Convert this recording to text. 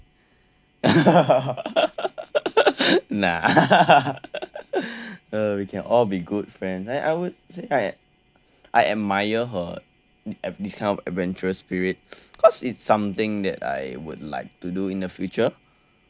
nah we can all be good friends I would say right I admire her of this kind of adventurous spirit cause it's something that I would like to do in the future